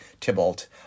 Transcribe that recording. Tybalt